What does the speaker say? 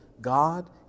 God